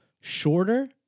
shorter